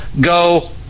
go